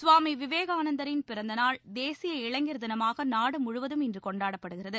சுவாமி விவேகானந்தரின் பிறந்தநாள் தேசிய இளைஞர் தினமாக நாடு முழுவதும் இன்று கொண்டாடப்படுகிறது